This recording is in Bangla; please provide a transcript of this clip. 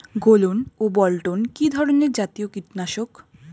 গোলন ও বলটন কি ধরনে জাতীয় কীটনাশক?